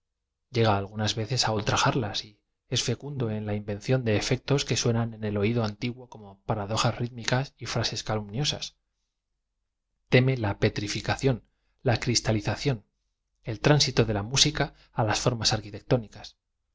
algunas teces hasta á ultrajarlas y es fecundo en la inven ción de efectos que suenan en el oído antiguo como paradojas rítm ica a y frases calumniosas tem e la p triflcación la criitalización el tránsito de la msica á las formas arquitectónicas